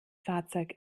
fahrzeug